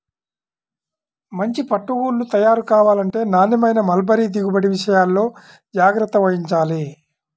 మంచి పట్టు గూళ్ళు తయారు కావాలంటే నాణ్యమైన మల్బరీ దిగుబడి విషయాల్లో జాగ్రత్త వహించాలి